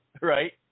right